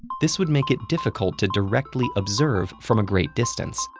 this would make it difficult to directly observe from a great distance,